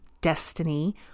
destiny